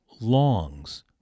longs